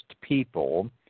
people